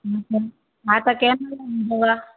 ठीकु आहे हा त कंहिं महिल ईंदव